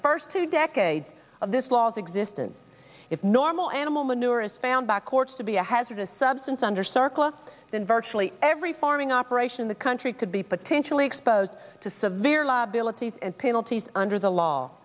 first two decades of this law's existence if normal animal manure is found backwards to be a hazardous substance under circa then virtually every farming operation in the country could be potentially exposed to severe liabilities and penalties under the law